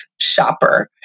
Shopper